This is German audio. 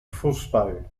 fußball